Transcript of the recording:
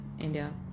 India